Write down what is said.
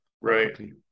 Right